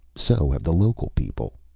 so have the local people.